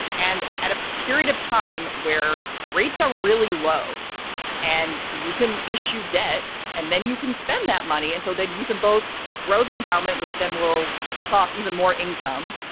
and at a period of time where rates are really low and you can issue debt and then you can spend that money and so then you can both grow the endowment, which then will kick off even more income.